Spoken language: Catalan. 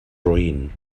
roín